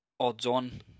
odds-on